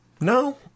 No